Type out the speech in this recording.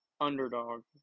underdog